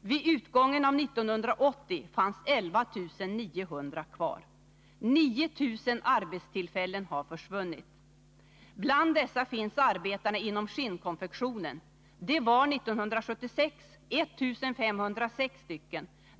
Vid utgången av 1980 fanns 11 900 kvar. 9 000 arbetstillfällen har försvunnit. Bland dessa finns arbetena inom skinnkonfektionen. År 1976 var de 1 506 stycken.